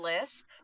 list